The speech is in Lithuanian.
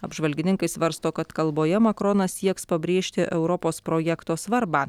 apžvalgininkai svarsto kad kalboje makronas sieks pabrėžti europos projekto svarbą